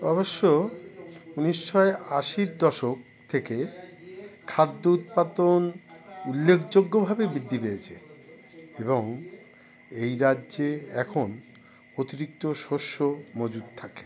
অবশ্য ঊনিশশো আশির দশক থেকে খাদ্য উৎপাদন উল্লেখযোগ্যভাবে বৃদ্ধি পেয়েছে এবং এই রাজ্যে এখন অতিরিক্ত শস্য মজুত থাকে